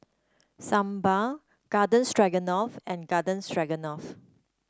Sambar Garden Stroganoff and Garden Stroganoff